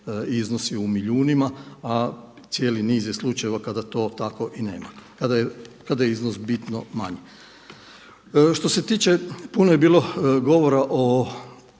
iznosi u milijunima a cijeli niz je slučajeva kada to tako i nema, kada je iznos bitno manji. Što se tiče, puno je bilo govora o